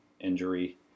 injury